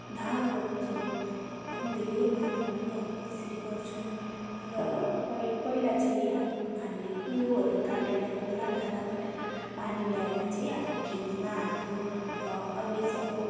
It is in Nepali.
धान रोप्छौँ एकदम धेरै मात्रामा नै हामीले त्यसरी गर्छौँ र पै पहिला चाहिँ हाम हामीले कुलोहरू काटेर खोला नालाबाट पानी ल्याएर चाहिँ आफ्नो खेतीमा हाल्थ्यो र अहिले चाहिँ अब